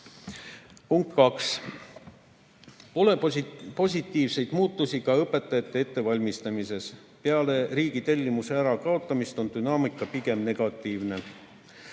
Punkt kaks. Pole positiivseid muutusi ka õpetajate ettevalmistamises. Peale riigitellimuse ärakaotamist on dünaamika pigem negatiivne.